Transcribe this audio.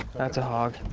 that's a hog.